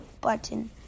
button